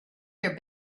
their